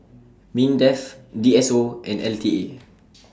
Mindef D S O and L T A